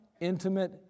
intimate